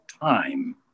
time